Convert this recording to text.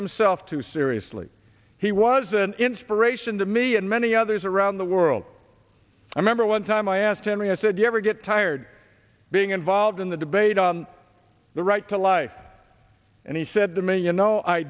himself too seriously he was an inspiration to me and many others around the world i remember one time i asked henry i said you ever get tired being involved in the debate on the right to life and he said to me you know i